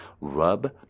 Rub